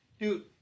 dude